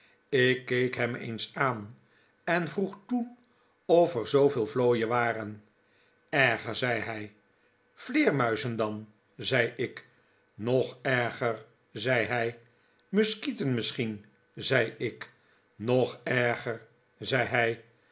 ik keek hem eens aan en vroeg toen of er zooveel vlooien waren erger zei hij vleermuizen dan zei ik nog erger zei hij muskieten misschien zei ik nog erger zei hij